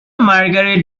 margaret